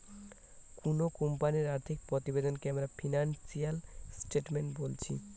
কুনো কোম্পানির আর্থিক প্রতিবেদনকে আমরা ফিনান্সিয়াল স্টেটমেন্ট বোলছি